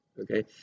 okay